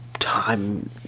time